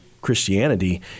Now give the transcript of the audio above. Christianity